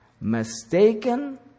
mistaken